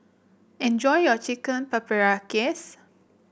enjoy your Chicken Paprikas